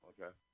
Okay